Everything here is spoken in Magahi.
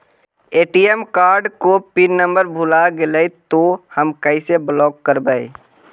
ए.टी.एम कार्ड को पिन नम्बर भुला गैले तौ हम कैसे ब्लॉक करवै?